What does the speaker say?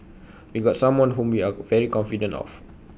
we got someone whom we are very confident of